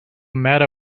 matter